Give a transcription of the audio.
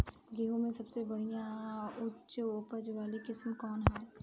गेहूं में सबसे बढ़िया उच्च उपज वाली किस्म कौन ह?